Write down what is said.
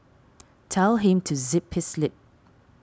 tell him to zip his lip